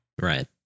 Right